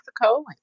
Mexico